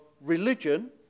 religion